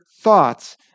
thoughts